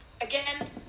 again